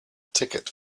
ticket